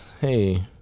hey